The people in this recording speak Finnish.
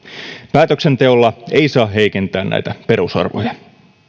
päätöksenteolla ei saa heikentää näitä perusarvoja